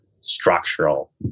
structural